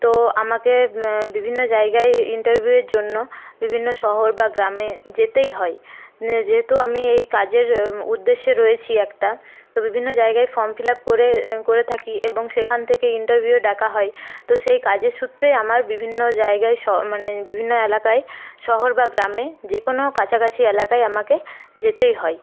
তো আমাকে বিভিন্ন জায়গায় ইন্টারভিউয়ের জন্য বিভিন্ন শহর বা গ্রামে যেতেই হয় যেহেতু আমি এই কাজের উদ্দেশ্যে রয়েছি একটা তো বিভিন্ন জায়গায় ফর্ম ফিল আপ করে করে থাকি এবং সেখান থেকে ইন্টারভিউয়ে ডাকা হয় তো সেই কাজের সূত্রেই আমার বিভিন্ন জায়গায় স মানে বিভিন্ন এলাকায় শহর বা গ্রামে যে কোনো কাছাকাছি এলাকায় আমাকে যেতেই হয়